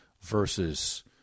versus